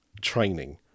training